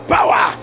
Power